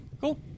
cool